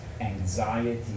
anxiety